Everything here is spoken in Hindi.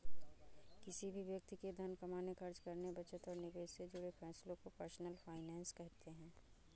किसी भी व्यक्ति के धन कमाने, खर्च करने, बचत और निवेश से जुड़े फैसलों को पर्सनल फाइनैन्स कहते हैं